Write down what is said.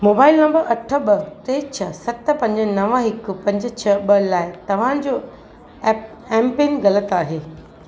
mobile number अठ ॿ टे छह सत पंज नव हिकु पंज छह ॿ लाइ तव्हांजो एप एमपिन ग़लति आहे